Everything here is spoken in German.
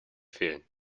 fehlen